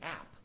app